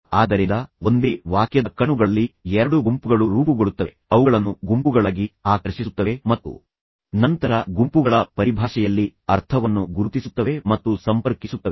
ಆದ್ದರಿಂದ ಒಂದೇ ವಾಕ್ಯದ ಕಣ್ಣುಗಳಲ್ಲಿ 2 ಗುಂಪುಗಳು ರೂಪುಗೊಳ್ಳುತ್ತವೆ ಅವುಗಳನ್ನು ಗುಂಪುಗಳಾಗಿ ಆಕರ್ಷಿಸುತ್ತವೆ ಮತ್ತು ನಂತರ ಗುಂಪುಗಳ ಪರಿಭಾಷೆಯಲ್ಲಿ ಅರ್ಥವನ್ನು ಗುರುತಿಸುತ್ತವೆ ಮತ್ತು ನಂತರ ಅರ್ಥವನ್ನು ಬಹಳ ಬೇಗ ಸಂಪರ್ಕಿಸುತ್ತವೆ